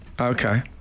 Okay